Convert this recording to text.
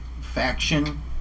faction